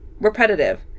repetitive